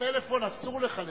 בפלאפון אסור לך לדבר.